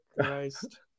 Christ